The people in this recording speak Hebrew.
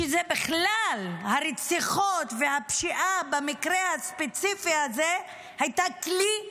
שבכלל הרציחות והפשיעה במקרה הספציפי הזה היו כלי ניגוח.